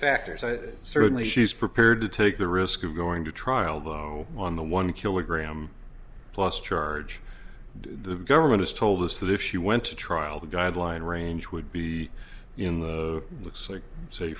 factors i certainly she's prepared to take the risk of going to trial blow on the one kilogram plus charge the government has told us that if she went to trial the guideline range would be in the looks like